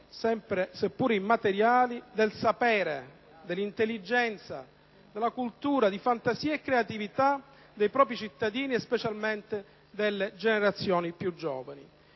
seppure immateriali, del sapere, dell'intelligenza, della cultura, della fantasia e della creatività dei propri cittadini, specialmente delle generazioni più giovani.